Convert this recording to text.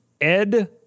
Ed